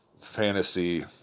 fantasy